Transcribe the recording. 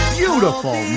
beautiful